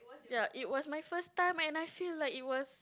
ya it was my first time and I feel like it was